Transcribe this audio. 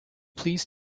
please